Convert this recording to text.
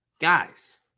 Guys